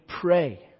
pray